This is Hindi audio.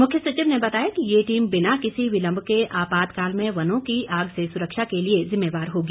मुख्य सचिव ने बताया कि ये टीम बिना किसी विलम्ब के आपात काल में वनों की आग से सुरक्षा के लिए जिम्मेवार होगी